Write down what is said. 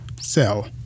cell